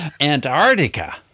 Antarctica